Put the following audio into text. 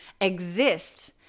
exist